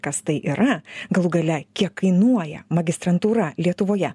kas tai yra galų gale kiek kainuoja magistrantūra lietuvoje